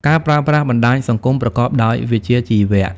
ការប្រើប្រាស់បណ្តាញសង្គមប្រកបដោយវិជ្ជាជីវៈ។